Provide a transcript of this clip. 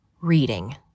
reading